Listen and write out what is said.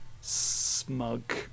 smug